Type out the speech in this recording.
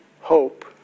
hope